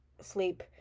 sleep